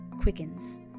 quickens